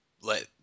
let